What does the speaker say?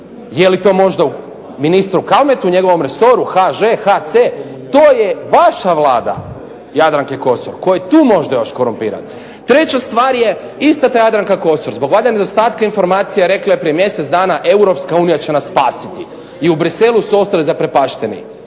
Jeli to možda u ministru Kalmetu i njegovom resoru HŽ, HC. To je vaša Vlada Jadranke Kosor, tko je tu možda još korumpiran. Treća stvar je isto ta Jadranka Kosor zbog valjda nedostatka informacija rekla je prije mjesec dana EU će nas spasiti. I u Bruxellesu su ostali zaprepašteni.